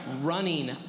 running